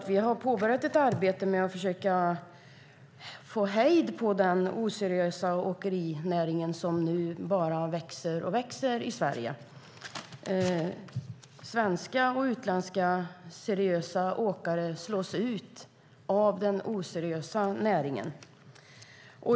Vi har påbörjat ett arbete med att försöka hejda den oseriösa åkerinäringen som växer och växer i Sverige. Svenska och utländska seriösa åkare slås ut av den oseriösa näringen.